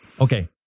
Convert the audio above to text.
Okay